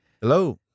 Hello